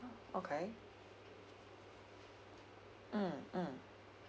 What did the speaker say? okay mm mm